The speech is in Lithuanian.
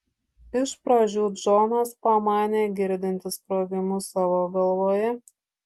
iš pradžių džonas pamanė girdintis sprogimus savo galvoje